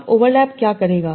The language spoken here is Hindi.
अब ओवरलैप क्या करेगा